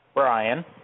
Brian